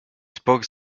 spoke